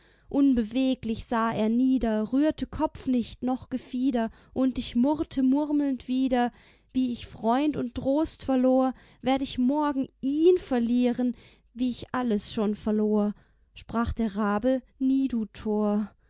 unbeweglich sah er nieder rührte kopf nicht noch gefieder und ich murrte murmelnd wieder wie ich freund und trost verlor werd ich morgen ihn verlieren wie ich alles schon verlor sprach der rabe nie du tor